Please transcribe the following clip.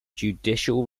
judicial